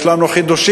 יש לנו חידושים,